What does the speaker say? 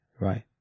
Right